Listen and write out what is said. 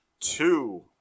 Two